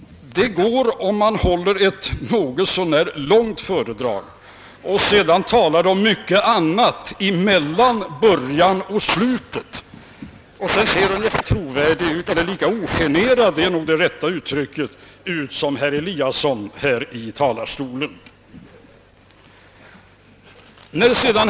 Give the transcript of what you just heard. Det går om man håller ett något så när långt föredrag och talar om myc ket annat mellan början och slutet av föredraget och sedan ser ungefär lika trovärdig eller lika ogenerad ut — det se nare är nog det rätta uttrycket — som herr Eliasson i Sundborn gjorde här i talarstolen.